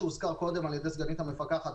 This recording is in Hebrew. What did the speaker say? כפי שהזכירה קודם סגנית המפקחת.